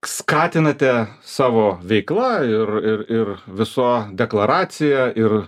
skatinate savo veikla ir ir ir viso deklaracija ir